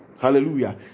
Hallelujah